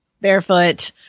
barefoot